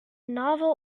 novel